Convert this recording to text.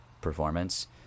performance